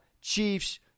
Chiefs